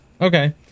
Okay